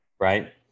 Right